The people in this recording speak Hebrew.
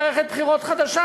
נכפתה עליהן מערכת בחירות חדשה,